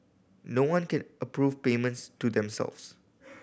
no one can approve payments to themselves